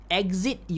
exit